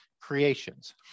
creations